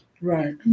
Right